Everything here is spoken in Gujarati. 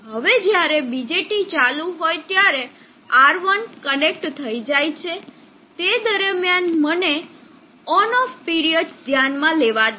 હવે જ્યારે BJT ચાલુ હોય ત્યારે R1 કનેક્ટ થઈ જાય છે તે દરમિયાન મને ઓન ઓફ પીરિયડ્સ ધ્યાનમાં લેવા દો